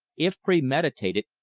if premeditated,